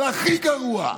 אבל הכי גרוע,